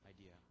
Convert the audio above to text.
idea